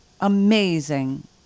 amazing